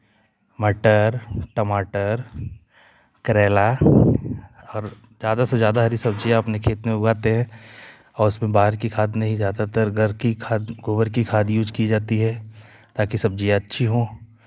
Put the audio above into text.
मटर टमाटर करेला और ज्यादा से ज्यादा हरी सब्जियाँ अपने खेत में उगाते हैं और उसमें बाहर की खाद नहीं ज्यादातर घर की खाद गोबर की खाद यूज़ की जाती हैं ताकि सब्जियाँ अच्छी हों